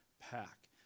pack